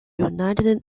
united